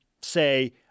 say